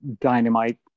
dynamite